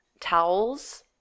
towels